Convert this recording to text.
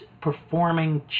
performing